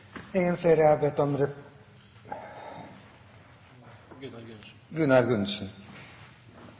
Ingen flere har bedt om